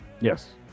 Yes